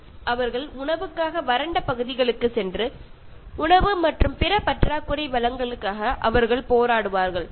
மேலும் அவர்கள் உணவுக்காக வறண்ட பகுதிகளுக்குச் சென்று உணவு மற்றும் பிற பற்றாக்குறை வளங்களுக்காக அவர்கள் போராடுவார்கள்